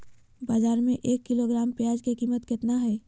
बाजार में एक किलोग्राम प्याज के कीमत कितना हाय?